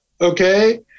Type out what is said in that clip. Okay